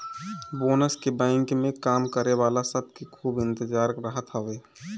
bonus के bank में काम करे वाला सब के खूबे इंतजार रहत हवे